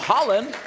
Holland